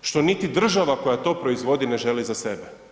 što niti država koja to proizvodi ne želi za sebe.